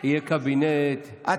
יהיה קבינט ביטחוני.